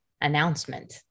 announcement